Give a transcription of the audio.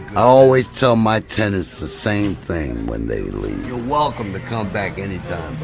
always tell my tenants the same thing when they leave you're welcome to come back anytime